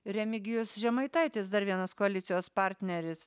remigijus žemaitaitis dar vienas koalicijos partneris